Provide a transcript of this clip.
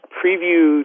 preview